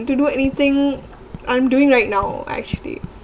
to do anything I'm doing right now actually